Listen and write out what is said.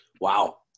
Wow